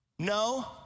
No